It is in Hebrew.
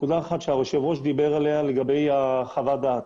נקודה אחת שהיושב ראש דיבר עליה לגבי חוות הדעת.